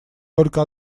только